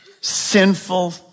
sinful